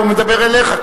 הוא מדבר אליך.